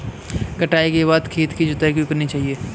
कटाई के बाद खेत की जुताई क्यो करनी चाहिए?